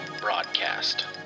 broadcast